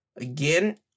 Again